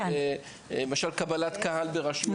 למשל קבלת קהל ברשות,